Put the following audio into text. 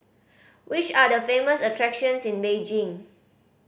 which are the famous attractions in Beijing